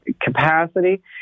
capacity